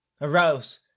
arose